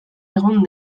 egun